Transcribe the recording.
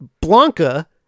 Blanca